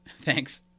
Thanks